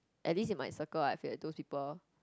at least in my circle I have those people